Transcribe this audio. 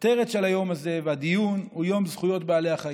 הכותרת של היום הזה והדיון היא "יום זכויות בעלי החיים".